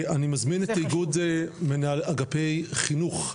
אני מזמין את איגוד אגפי חינוך,